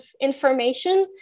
information